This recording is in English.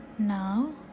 Now